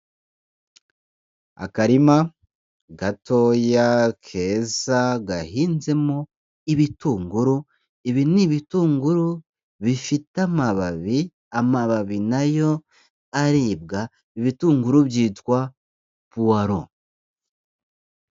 Akarima gatoya keza gahinzemo ibitunguru, ibi n'ibitunguru bifite amababi, amababi nayo aribwa ibitunguru byitwa puwaro.